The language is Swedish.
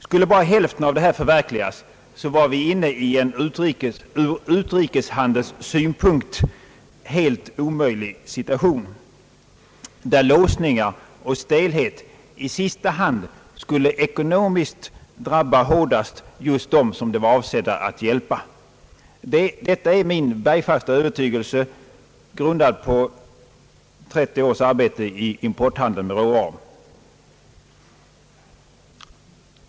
Skulle bara hälften av detta förverkligas, skulle vi vara inne i en ur utrikeshandelssynpunkt helt omöjlig situation, där låsningar och stelhet i sista hand skulle ekonomiskt drabba hårdast just dem som det var avsikten att hjälpa. Detta är min bergfasta övertygelse, grundad på 30 års arbete i importhandel med råvaror.